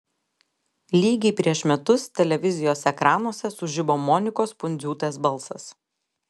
lygiai prieš metus televizijos ekranuose sužibo monikos pundziūtės balsas